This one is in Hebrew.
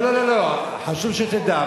לא, לא, חשוב שתדע.